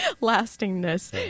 Lastingness